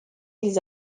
ils